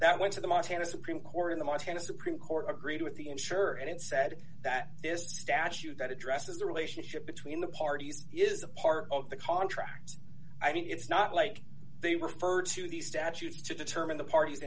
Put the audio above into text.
that went to the montana supreme court in the montana supreme court agreed with the insurer and said that this statute that addresses the relationship between the parties is a part of the contract i mean it's not like they referred to the statutes to determine the parties